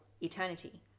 eternity